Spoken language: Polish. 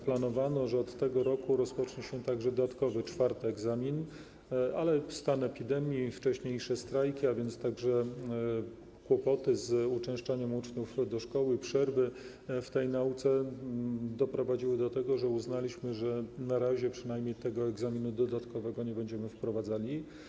Planowano, że od tego roku będzie także dodatkowy, czwarty egzamin, ale stan epidemii i wcześniejsze strajki, a więc także kłopoty z uczęszczaniem uczniów do szkoły i przerwy w nauce doprowadziły do tego, że uznaliśmy, że przynajmniej na razie tego egzaminu dodatkowego nie będziemy wprowadzali.